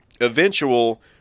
eventual